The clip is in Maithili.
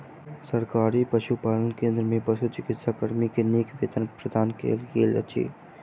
सरकारी पशुपालन केंद्र में पशुचिकित्सा कर्मी के नीक वेतन प्रदान कयल गेल अछि